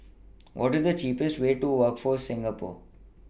What IS The cheapest Way to Workforce Singapore